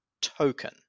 token